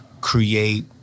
create